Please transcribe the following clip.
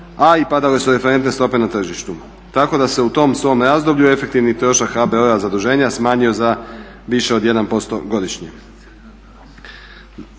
a i padale su referentne stope na tržištu. Tako da se u tom svom razdoblju efektivni trošak HBOR-a zaduženja smanjio za više od 1% godišnje.